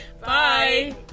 Bye